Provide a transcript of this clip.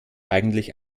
eigentlich